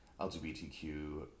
LGBTQ